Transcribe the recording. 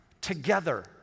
together